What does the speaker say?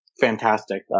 fantastic